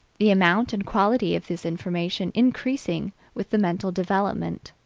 the amount and quality of this information increasing with the mental development.